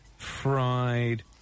fried